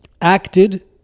acted